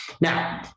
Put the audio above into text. Now